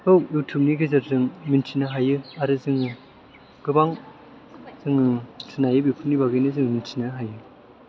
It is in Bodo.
खौ इउथुब नि गेजेरजों मोनथिनो हायो आरो जोङो गोबां जोङो मोनथिनो हायो बेफोरनि बागैनो जोङो मोनथिनो हायो